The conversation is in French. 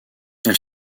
elle